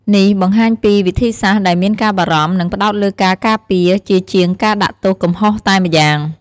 នេះបង្ហាញពីវិធីសាស្រ្តដែលមានការបារម្ភ និងផ្តោតលើការការពារ ជាជាងការដាក់ទោសកំហុសតែម្យ៉ាង។